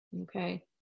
okay